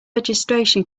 registration